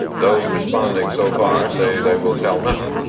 those responding so far say they will tell nothing.